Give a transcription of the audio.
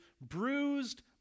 bruised